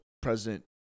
President